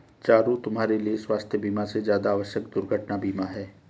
चारु, तुम्हारे लिए स्वास्थ बीमा से ज्यादा आवश्यक दुर्घटना बीमा है